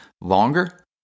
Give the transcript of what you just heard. longer